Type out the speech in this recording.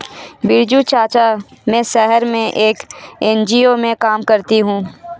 बिरजू चाचा, मैं शहर में एक एन.जी.ओ में काम करती हूं